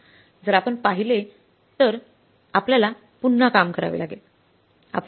जर आपण पाहिले तर आपल्याला पुन्हा काम करावे लागेल